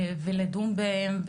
ולדון בהן.